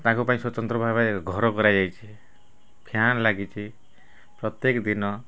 ତାଙ୍କ ପାଇଁ ସ୍ୱତନ୍ତ୍ର ଭାବେ ଘର କରାଯାଇଛି ଫ୍ୟାନ୍ ଲାଗିଛି ପ୍ରତ୍ୟେକ ଦିନ